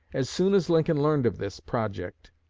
as soon as lincoln learned of this project,